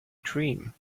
dream